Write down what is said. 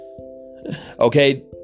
Okay